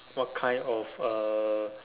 what kind of uh